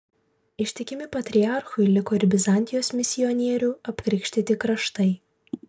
ištikimi patriarchui liko ir bizantijos misionierių apkrikštyti kraštai